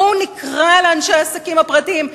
בואו נקרא לאנשי העסקים הפרטיים,